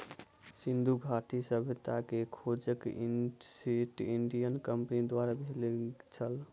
सिंधु घाटी सभ्यता के खोज ईस्ट इंडिया कंपनीक द्वारा भेल छल